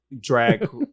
drag